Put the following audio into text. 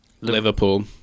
Liverpool